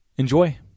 Enjoy